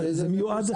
זה מיועד,